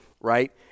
right